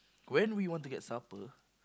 when we want to get supper